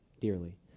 dearly